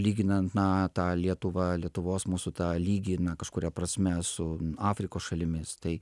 lyginant na tą lietuva lietuvos mūsų tą lygį na kažkuria prasme su afrikos šalimis tai